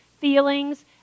feelings